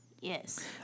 Yes